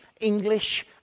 English